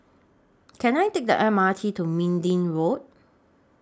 Can I Take The M R T to Minden Road